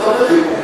וורצמן".